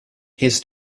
his